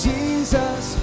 Jesus